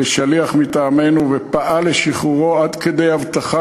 כשליח מטעמנו, ופעל לשחרורו עד כדי הבטחה